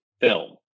film